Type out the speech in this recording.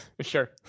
Sure